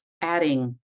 adding